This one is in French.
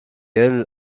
elles